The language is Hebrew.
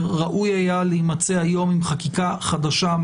- ראוי היה להימצא היום עם חקיקה חדשה,